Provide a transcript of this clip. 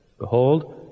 Behold